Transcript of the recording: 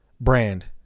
brand